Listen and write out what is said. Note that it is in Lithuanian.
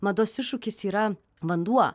mados iššūkis yra vanduo